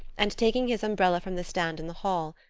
and taking his umbrella from the stand in the hall,